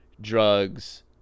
drugs